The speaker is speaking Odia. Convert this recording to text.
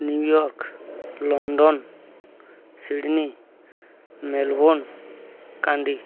New York London Sydney Melbourne Kandi